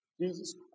Jesus